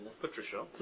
Patricia